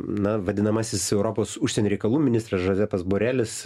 na vadinamasis europos užsienio reikalų ministras žozepas borelis